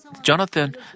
Jonathan